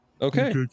Okay